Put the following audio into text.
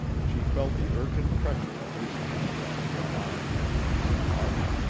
she felt the urgent pressure of his hand on her arm, in her heart.